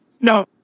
no